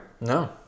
No